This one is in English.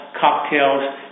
cocktails